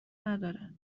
نداره